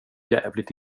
jävligt